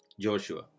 Joshua